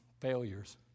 failures